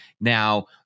Now